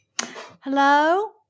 hello